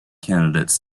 candidates